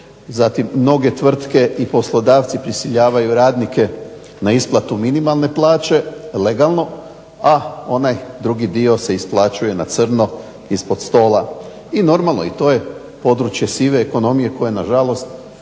Zatim, mnoge tvrtke i poslodavci prisiljavaju radnike na isplatu minimalne plaće legalno, a onaj drugi dio se isplaćuje na crno ispod stola. I normalno, i to je područje sive ekonomije koja nažalost,